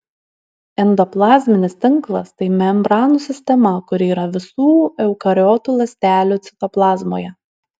endoplazminis tinklas tai membranų sistema kuri yra visų eukariotų ląstelių citoplazmoje